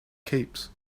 keeps